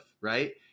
right